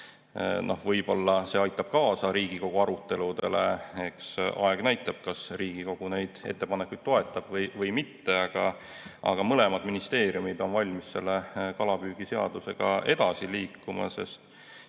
Võib-olla see aitab kaasa Riigikogu aruteludele. Eks aeg näitab, kas Riigikogu neid ettepanekuid toetab või mitte, aga mõlemad ministeeriumid on valmis selle kalapüügiseadusega edasi liikuma. Juhin